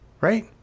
Right